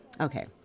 Okay